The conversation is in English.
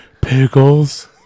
pickles